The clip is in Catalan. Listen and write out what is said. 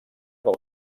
del